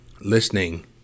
listening